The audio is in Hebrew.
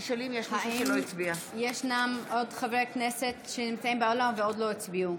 נוכחת האם ישנם עוד חברי כנסת שנמצאים באולם ועוד לא הצביעו?